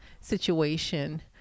situation